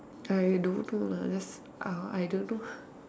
I don't know lah just ah I don't know